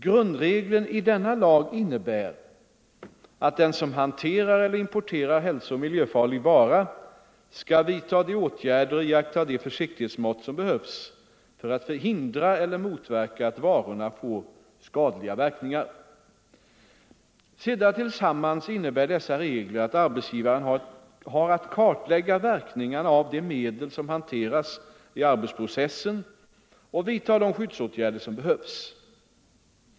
Grundregeln i denna lag innebär att den som hanterar eller importerar hälsooch miljöfarlig vara skall vidta de åtgärder och iaktta de försiktighetsmått som behövs för att hindra eller motverka att varorna får skadliga verkningar. Sedda tillsammans innebär dessa regler att arbetsgivaren har att kartlägga verkningarna av de medel som hanteras i arbetsprocessen och att vidta de skyddsåtgärder som behövs.